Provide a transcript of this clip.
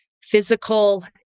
physical